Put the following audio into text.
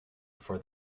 for